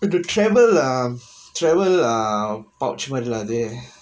and to travel ah travel ah pouch மாதிரிலா அது:maathirilaa athu